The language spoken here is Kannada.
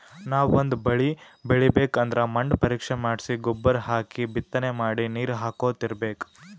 ನಾವ್ ಒಂದ್ ಬಳಿ ಬೆಳಿಬೇಕ್ ಅಂದ್ರ ಮಣ್ಣ್ ಪರೀಕ್ಷೆ ಮಾಡ್ಸಿ ಗೊಬ್ಬರ್ ಹಾಕಿ ಬಿತ್ತನೆ ಮಾಡಿ ನೀರ್ ಹಾಕೋತ್ ಇರ್ಬೆಕ್